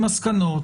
עם מסקנות,